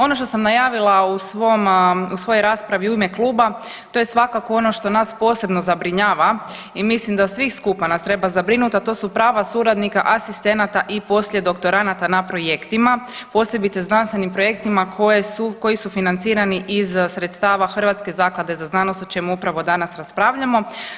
Ono što sam najavila u svojoj raspravi u ime kluba to je svakako ono što nas posebno zabrinjava i mislim da svih skupa nas treba zabrinut, a to su prava suradnika, asistenata i poslijedoktoranata na projektima, posebice znanstvenim projektima koji su financirani iz sredstava Hrvatske zaklade za znanost o čemu upravo danas raspravljamo.